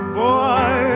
boy